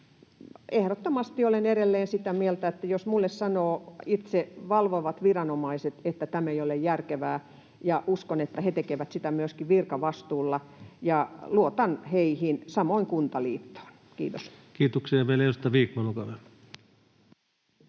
ehdottomasti edelleen sitä mieltä, että jos minulle sanovat itse valvovat viranomaiset, että tämä ei ole järkevää — ja uskon, että he tekevät sen myöskin virkavastuulla — niin luotan heihin, ja samoin Kuntaliittoon. — Kiitos.